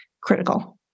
critical